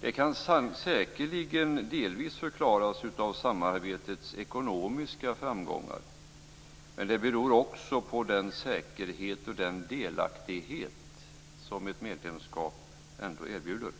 Det kan säkerligen delvis förklaras av samarbetets ekonomiska framgångar, men det beror också på den säkerhet och den delaktighet som ett medlemskap erbjuder.